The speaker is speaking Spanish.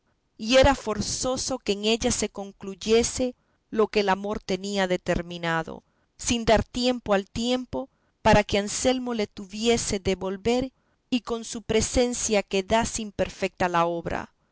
y era forzoso que en ella se concluyese lo que el amor tenía determinado sin dar tiempo al tiempo para que anselmo le tuviese de volver y con su presencia quedase imperfecta la obra